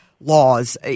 laws